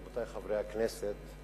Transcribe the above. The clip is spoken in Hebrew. רבותי חברי הכנסת,